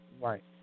Right